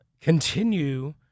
continue